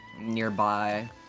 nearby